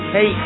Hey